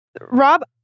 Rob